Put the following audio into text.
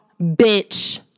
bitch